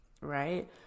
right